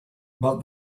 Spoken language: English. but